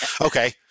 Okay